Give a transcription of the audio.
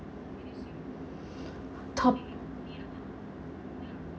top